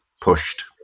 pushed